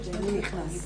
אני הרמה המייעצת.